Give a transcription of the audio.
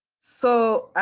so,